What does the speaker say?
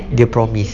dia promise